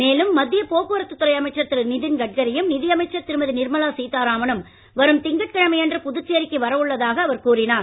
மேலும் மத்திய போக்குவரத்து துறை அமைச்சர் திரு நிதின்கட்கரியும் நிதியமைச்சர் திருமதி நிர்மலா சீதாராமனும் வரும் திங்கட்கிழமை அன்று புதுச்சேரிக்கு வரவுள்ளதாக கூறினார்